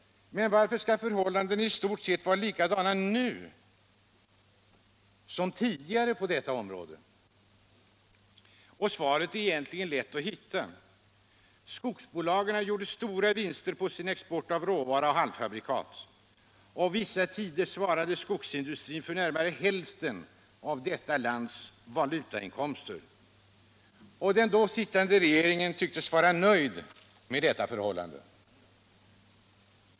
Men varför skall förhållandena i stort sett vara likadana nu som tidigare på detta område? Svaret är egentligen lätt att hitta. Skogsbolagen gjorde stora vinster på sin export av råvara och halvfabrikat, och vissa tider svarade skogsindustrin för närmare hälften av Sveriges valutainkomster. Den då sittande regeringen tycktes vara nöjd med detta förhållande.